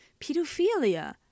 pedophilia